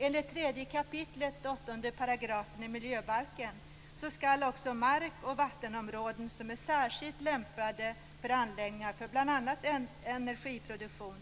Enligt 3 kap. 8 § i miljöbalken skall också markoch vattenområden som är särskilt lämpade för anläggningar för bl.a. energiproduktion